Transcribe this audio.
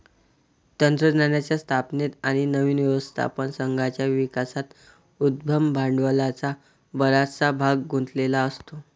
तंत्रज्ञानाच्या स्थापनेत आणि नवीन व्यवस्थापन संघाच्या विकासात उद्यम भांडवलाचा बराचसा भाग गुंतलेला असतो